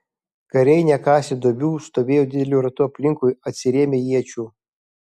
kariai nekasę duobių stovėjo dideliu ratu aplinkui atsirėmę iečių